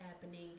happening